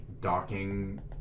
docking